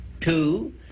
Two